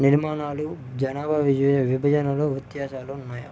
నిర్మాణాలు జనాభా విజయ విభజనలో వ్యత్యాసాలు ఉన్నాయి